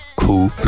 Cool